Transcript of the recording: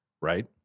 right